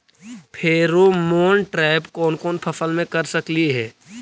Pheromone trap कोन कोन फसल मे कर सकली हे?